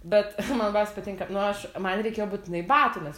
bet man labiausia patinka nu aš man reikėjo būtinai batų nes